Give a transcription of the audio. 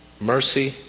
Mercy